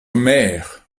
mère